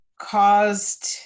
caused